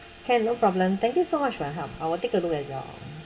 can no problem thank you so much for your help I will take a look at your